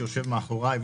שיושב מאחוריי,